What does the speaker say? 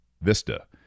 VISTA